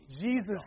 Jesus